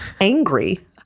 angry